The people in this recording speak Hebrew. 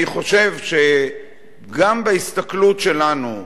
אני חושב שגם בהסתכלות שלנו,